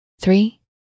three